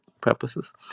purposes